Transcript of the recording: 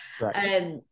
Right